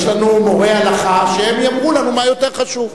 יש לנו מורי הלכה, שהם יאמרו לנו מה יותר חשוב,